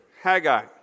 Haggai